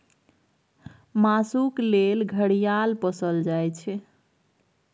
मासुक लेल घड़ियाल पोसल जाइ छै